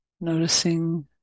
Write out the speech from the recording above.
noticing